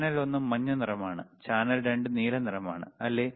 channel ഒന്ന് മഞ്ഞ നിറമാണ് ചാനൽ 2 നീല നിറമാണ് അല്ലേ